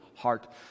heart